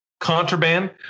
contraband